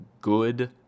good